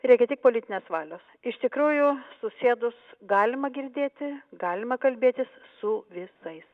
reikia tik politinės valios iš tikrųjų susėdus galima girdėti galima kalbėtis su visais